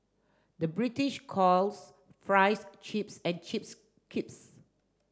the British calls fries chips and chips crisps